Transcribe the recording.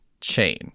chain